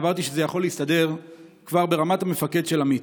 סברתי שזה יכול להסתדר כבר ברמת המפקד של עמית.